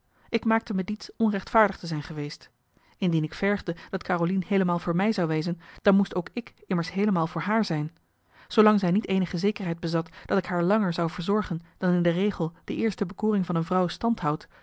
ik maakte me diets onrechtvaardig te zijn geweest indien ik vergde dat carolien heelemaal voor mij zou wezen dan moest ook ik immers heelemaal voor haar zijn zoolang zij niet eenige zekerheid bezat dat ik haar langer zou verzorgen dan in de regel de eerste bekoring van een vrouw stand houdt